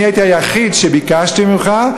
אני הייתי היחיד שביקש ממך,